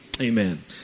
amen